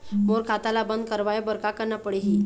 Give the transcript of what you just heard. मोर खाता ला बंद करवाए बर का करना पड़ही?